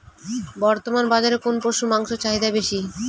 বর্তমান বাজারে কোন পশুর মাংসের চাহিদা বেশি?